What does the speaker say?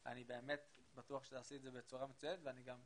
--- אני באמת בטוח שתעשי את זה בצורה מצוינת ואני גם,